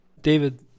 David